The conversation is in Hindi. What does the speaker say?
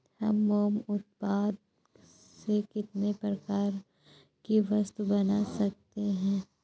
हम मोम उत्पाद से कितने प्रकार की वस्तुएं बना सकते हैं?